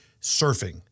surfing